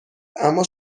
اما